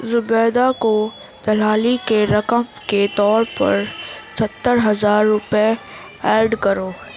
زبیدہ کو دلالی کے رقم کے طور پر ستر ہزار روپے ایڈ کرو